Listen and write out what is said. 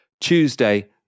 Tuesday